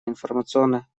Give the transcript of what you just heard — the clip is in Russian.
информационно